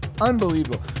unbelievable